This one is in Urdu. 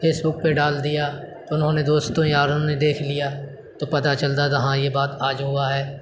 فیس بک پہ ڈال دیا تو انہوں نے دوستوں یاروں نے دیکھ لیا تو پتہ چلتا تھا ہاں یہ بات آج ہوا ہے